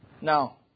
Now